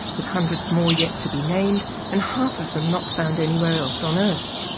with hundreds more yet to be named and half of them not found anywhere else on earth.